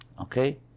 okay